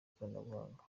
ikoranabuhanga